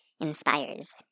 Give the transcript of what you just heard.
inspires